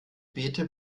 gebete